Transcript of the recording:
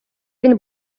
він